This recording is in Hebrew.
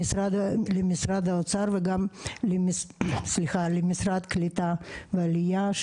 למשרד האוצר וגם למשרד הקליטה והעלייה,